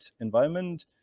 environment